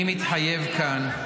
אני מתחייב כאן,